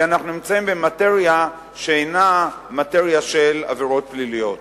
כי אנחנו נמצאים במאטריה שאינה מאטריה של עבירות פליליות.